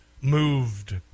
moved